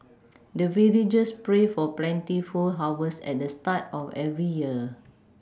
the villagers pray for plentiful harvest at the start of every year